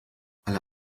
alle